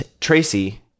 tracy